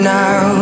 now